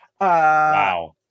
Wow